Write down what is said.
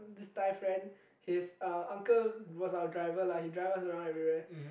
this thai friend his uh uncle was our driver lah he drive us around everywhere